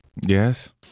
Yes